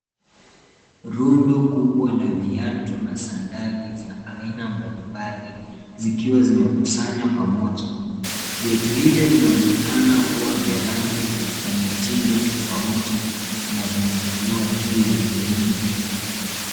Rundo kubwa la viatu na sandali za aina mbalimbali zikiwa zimekusanywa pamoja. Viatu hivyo vinaonekana kuwa vya rangi na mitindo tofauti na vimeekelewa juu ya gunia.